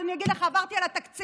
אז אני אגיד לך, עברתי על התקציב,